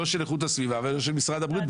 לא של איכות הסביבה ולא של משרד הבריאות,